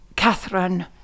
Catherine